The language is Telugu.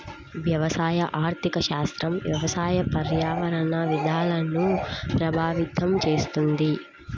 వ్యవసాయ ఆర్థిక శాస్త్రం వ్యవసాయ, పర్యావరణ విధానాలను ప్రభావితం చేస్తుంది